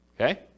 Okay